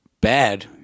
bad